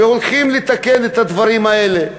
והולכים לתקן את הדברים האלה.